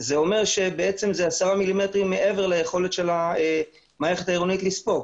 זה אומר שאלה 10 מילימטרים מעבר ליכולת של המערכת העירונית לספוג.